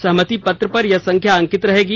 सहमति पत्र पर यह संख्या अंकित रहेगी